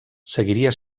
seguiria